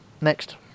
Next